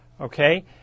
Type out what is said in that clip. okay